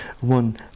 One